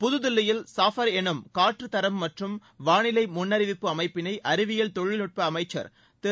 புதுதில்லியில் சாஃபார் எனும் காற்றுத்தரம் மற்றும் வானிலை முன்னறிவிப்பு அமைப்பினை அறிவியல் தொழில்நுட்ப துறை அமைச்சர் திரு